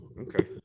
Okay